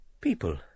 People